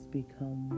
become